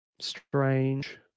Strange